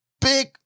big